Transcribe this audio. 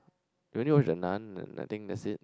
we only watched the Nun and I think that's it